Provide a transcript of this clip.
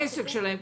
העסק שלהם,